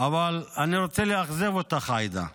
אבל אני רוצה לאכזב אותך, עאידה.